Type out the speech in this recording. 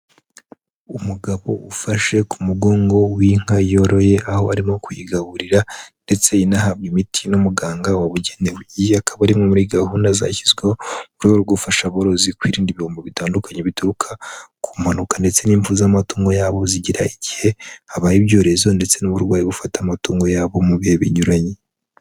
Umugabo ufashe ku mugongo w'inka yoroye aho barimo kuyigaburira, ndetse inahabwa imiti n'umuganga wabugenewe. Iyi akaba ari imwe muri gahunda zashyizweho , mu rwego rwo gufasha aborozi kwirinda ibihumbo bitandukanye bituruka, ku mpanuka ndetse n'impfu z'amatungo yabo zigira igihe, habaye ibyorezo ndetse n'uburwayi bufata amatungo yabo mu bihe binyuranye.